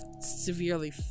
severely